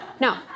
No